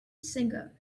singer